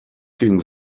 ging